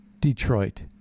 Detroit